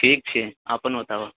ठीक छी अपन बताबऽ